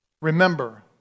Remember